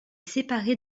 séparée